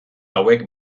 hauek